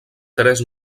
tres